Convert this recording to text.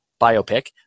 biopic